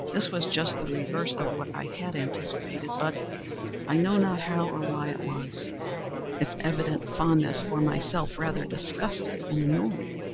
this was just the reverse of what i had anticipated but i know not how or why it was its evident fondness for myself rather disgusted and annoyed.